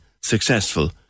successful